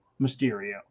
Mysterio